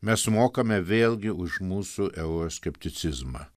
mes sumokame vėlgi už mūsų euroskepticizmą